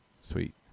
Sweet